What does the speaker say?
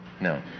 No